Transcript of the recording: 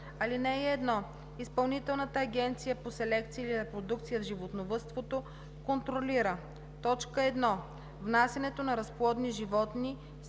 „(1) Изпълнителната агенция по селекция и репродукция в животновъдството контролира: 1. внасянето на разплодни животни,